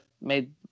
made